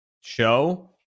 show